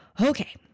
okay